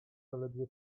zaledwie